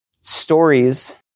Stories